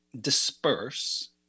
disperse